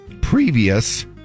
previous